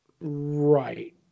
Right